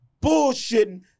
bullshitting